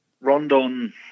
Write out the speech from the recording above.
Rondon